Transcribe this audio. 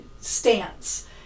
stance